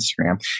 Instagram